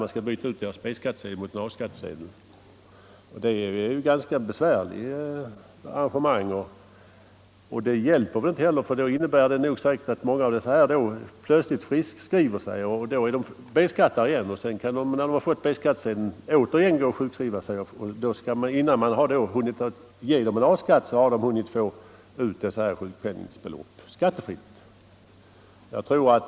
Man skall alltså byta ut deras B-skattsedel mot en A skattsedel. Det är ett besvärligt arrangemang, och det hjälper inte heller. Många av dessa människor kommer då att plötsligt friskskriva sig, och då skall de ha B-skattsedel igen. När de fått B-skattsedeln kan de återigen sjukskriva sig, osv. Och innan man hunnit ge dem A-skattsedel igen har de hunnit få ut sin sjukpenning skattefritt.